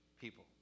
people